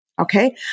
Okay